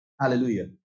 Hallelujah